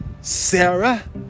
Sarah